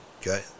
Okay